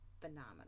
Phenomenal